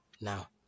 now